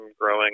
growing